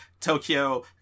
Tokyo